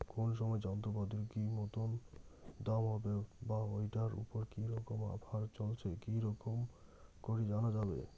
কোন সময় যন্ত্রপাতির কি মতন দাম হবে বা ঐটার উপর কি রকম অফার চলছে কি রকম করি জানা যাবে?